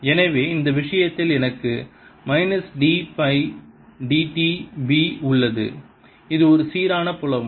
எனவே இந்த விஷயத்தில் எனக்கு minus d by dt b உள்ளது இது ஒரு சீரான புலம்